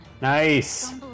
Nice